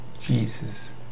Jesus